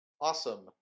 Awesome